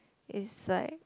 it's like